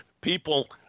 people –